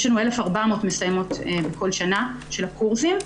יש לנו 1,400 מסיימות בכל שנה של הקורסים,